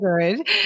good